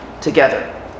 together